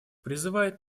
призывает